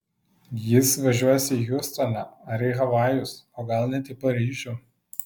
jis važiuos į hjustoną ar į havajus o gal net į paryžių